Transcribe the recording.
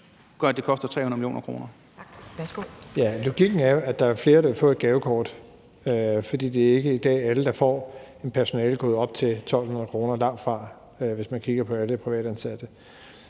12:44 Skatteministeren (Jeppe Bruus): Logikken er jo, at der er flere, der vil få et gavekort, for det er ikke i dag alle, der får et personalegode på op til 1.200 kr. – langtfra, hvis man kigger på alle privatansatte.